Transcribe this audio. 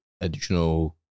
additional